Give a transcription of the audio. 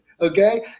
okay